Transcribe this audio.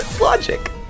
Logic